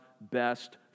best